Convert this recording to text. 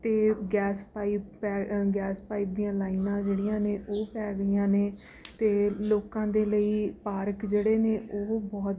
ਅਤੇ gas pipe ਪੈ gas pipe ਦੀਆਂ ਲਾਈਨਾਂ ਜਿਹੜੀਆਂ ਨੇ ਉਹ ਪੈ ਗਈਆਂ ਨੇ ਅਤੇ ਲੋਕਾਂ ਦੇ ਲਈ ਪਾਰਕ ਜਿਹੜੇ ਨੇ ਉਹ ਬਹੁਤ